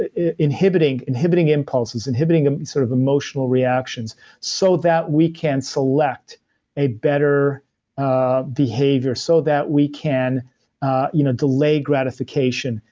inhibiting inhibiting impulses, inhibiting ah sort of emotional reactions so that we can select a better ah behavior, so that we can ah you know delay gratification.